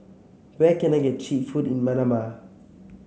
where can I get cheap food in Manama